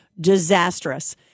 disastrous